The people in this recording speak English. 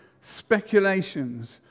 speculations